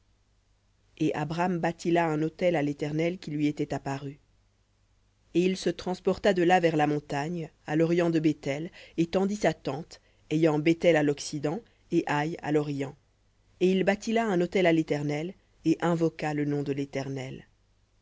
et bâtit là un autel à l'éternel qui lui était apparu et il se transporta de là vers la montagne à l'orient de béthel et tendit sa tente béthel à l'occident et aï à l'orient et il bâtit là un autel à l'éternel et invoqua le nom de l'éternel